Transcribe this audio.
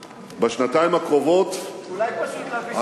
בשנתיים הקרובות, אולי פשוט להביא שלום.